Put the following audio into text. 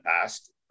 past